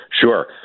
Sure